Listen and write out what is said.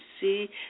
see